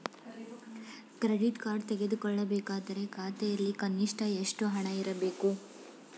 Credit card ತೆಗೆದುಕೊಳ್ಳಬೇಕಾದರೆ ಖಾತೆಯಲ್ಲಿ ಕನಿಷ್ಠ ಎಷ್ಟು ಹಣ ಇರಬೇಕು?